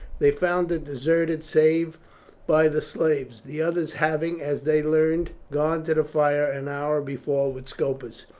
they found it deserted, save by the slaves, the others having, as they learned, gone to the fire an hour before with scopus.